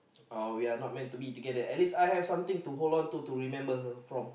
or we are not meant to be together as long I have something to hold on to remember her